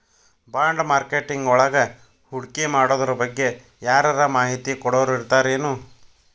ಬಾಂಡ್ಮಾರ್ಕೆಟಿಂಗ್ವಳಗ ಹೂಡ್ಕಿಮಾಡೊದ್ರಬಗ್ಗೆ ಯಾರರ ಮಾಹಿತಿ ಕೊಡೊರಿರ್ತಾರೆನು?